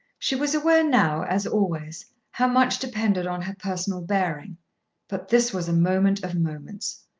she was aware now as always how much depended on her personal bearing but this was a moment of moments!